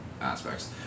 aspects